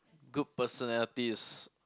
good personality is